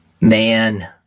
Man